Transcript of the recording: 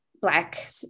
black